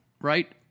right